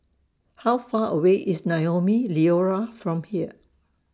How Far away IS Naumi Liora from here